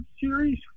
series